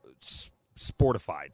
sportified